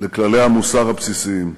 לכללי המוסר הבסיסיים.